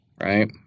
Right